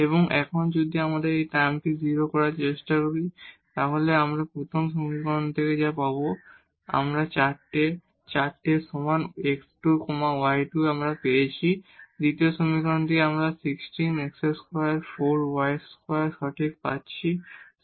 এবং এখন যদি আমরা এই টার্মটি 0 করার চেষ্টা করি তাহলে আমরা প্রথম সমীকরণ থেকে যা পাব আমরা 4 টি 4 এর সমান পেয়েছি দ্বিতীয় সমীকরণ থেকে আমরা 16 x2 4 y2 সঠিক পাচ্ছি 16 x2 4 y2